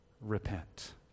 repent